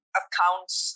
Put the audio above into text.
accounts